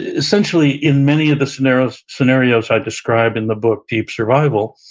essentially, in many of the scenarios scenarios i described in the book, deep survival,